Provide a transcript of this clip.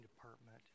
department